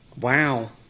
Wow